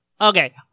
Okay